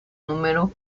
número